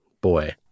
boy